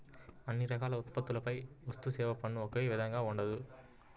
అన్ని రకాల ఉత్పత్తులపై వస్తుసేవల పన్ను ఒకే విధంగా ఉండదు